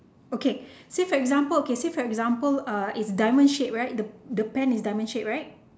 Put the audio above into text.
okay say for example okay say for example uh is diamond shape right the the pen is diamond shape right